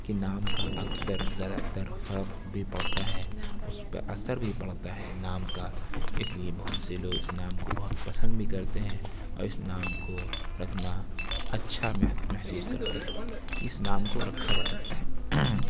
کہ نام کا اکثر زیادہ تر فرق بھی پڑتا ہے اس پہ اثر بھی پڑتا ہے نام کا اس لیے بہت سے لوگ اس نام کو بہت پسند بھی کرتے ہیں اور اس نام کو رکھنا اچھا مح محسوس کرتے ہیں اس نام کو رکھا جا سکتا ہے